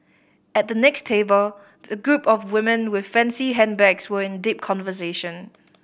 at the next table a group of women with fancy handbags were in deep conversation